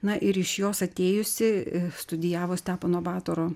na ir iš jos atėjusi studijavo stepono batoro